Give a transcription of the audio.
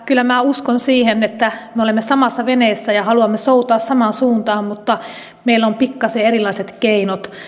kyllä minä uskon siihen että me olemme samassa veneessä ja haluamme soutaa samaan suuntaan mutta meillä on pikkasen erilaiset keinot